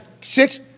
six